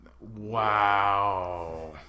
wow